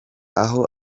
aho